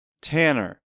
Tanner